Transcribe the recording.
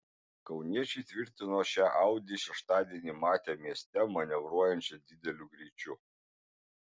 kauniečiai tvirtino šią audi šeštadienį matę mieste manevruojančią dideliu greičiu